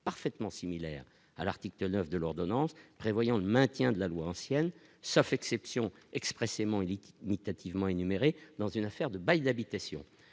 parfaitement similaire à l'article 9 de l'ordonnance prévoyant le maintien de la loi ancienne sauf exception expressément élite mythe hâtivement énumérées dans une affaire de bail d'habitation,